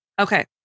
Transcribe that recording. Okay